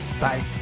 bye